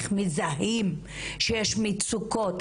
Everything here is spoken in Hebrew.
מזהים שישנן מצוקות,